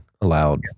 allowed